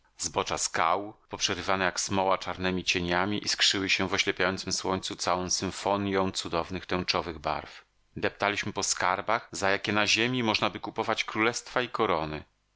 zbocza skał poprzerywane jak smoła czarnemi cieniami iskrzyły się w oślepiającem słońcu całą symfonją cudownych tęczowych barw deptaliśmy po skarbach za jakie na ziemi możnaby kupować królestwa i korony